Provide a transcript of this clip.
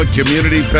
Community